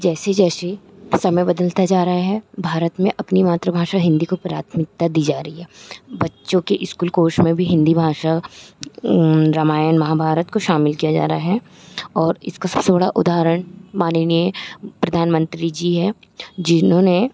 जैसे जैसे समय बदलता जा रहा है भारत में अपनी मातृभाषा हिन्दी को प्राथमिकता दी जा रही है बच्चों के इस्कूल कोर्श में भी हिन्दी भाषा रामायण महाभारत को शामिल किया जा रहा है और इसका सबसे बड़ा उदाहरण माननीय प्रधानमंत्री जी है जिन्होंने